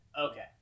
okay